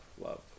love